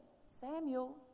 samuel